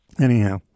Anyhow